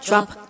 Drop